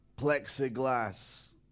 Plexiglass